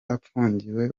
apfungiwe